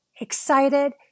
excited